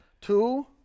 Two